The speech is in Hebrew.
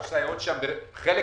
הסייעות, בחלק